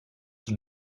qui